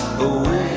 away